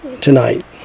tonight